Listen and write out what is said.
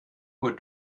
uhr